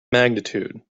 magnitude